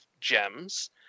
gems